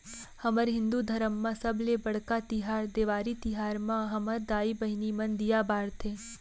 हमर हिंदू धरम म सबले बड़का तिहार देवारी तिहार म हमर दाई बहिनी मन दीया बारथे